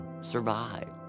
survive